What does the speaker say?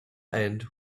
end